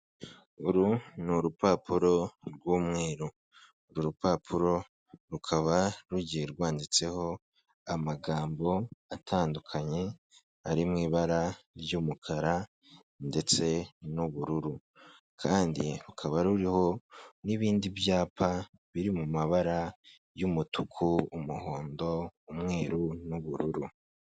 Uru ni urupapuro rw'umweru, uru rupapuro rukaba rugiye rwanditseho amagambo atandukanye, ari mu ibara ry'umukara ndetse n'ubururu kandi rukaba ruriho n'ibindi byapa biri mu mabara y'umutuku, umuhondo, umweru n'ubururu.